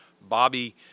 Bobby